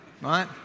right